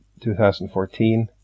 2014